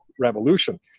revolution